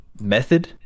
Method